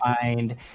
find